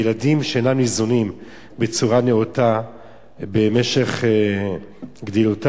ילדים שאינם ניזונים בצורה נאותה במשך גדילתם,